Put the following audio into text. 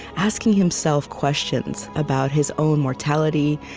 asking himself questions about his own mortality,